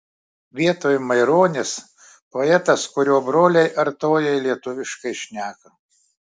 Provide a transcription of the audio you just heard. vietoj maironis poetas kurio broliai artojai lietuviškai šneka